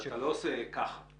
אבל אתה לא עושה דבר כזה ברגע.